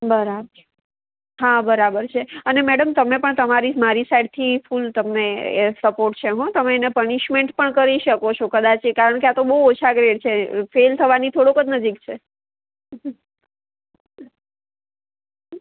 બરાબર હા બરાબર છે અને મેડમ તમે પણ તમારી મારી સાઈડથી ફૂલ તમને સપોર્ટ છે હો તમે એને પનિશમેન્ટ પણ કરી શકો છો કદાચ એ કારણકે આ તો બહુ ઓછા ગ્રેડ છે ફેલ થવાની થોડુંક જ નજીક છે